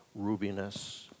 rubiness